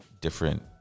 different